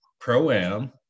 Pro-Am